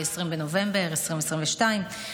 ב-20 בנובמבר 2022,